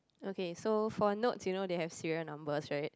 okay so for notes you know they have serial numbers right